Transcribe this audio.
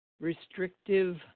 restrictive